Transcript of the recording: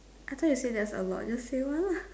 I thought you say a lot just say one lah